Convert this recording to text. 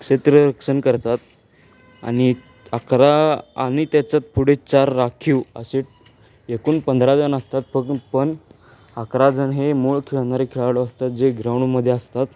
क्षेत्र रक्षण करतात आणि अकरा आणि त्याच्यात पुढे चार राखीव असे एकूण पंधरा जण असतात पण पण अकराजण हे मूळ खेळणारे खेळाडू असतात जे ग्राउंडमध्ये असतात